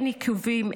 אין עיכובים,